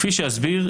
כפי שאסביר,